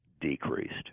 decreased